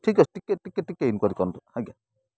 ଠିକ୍ ଅଛି ଟିକେ ଟିକେ ଟିକେ ଇନକ୍ୱାରୀ କରନ୍ତୁ ଆଜ୍ଞା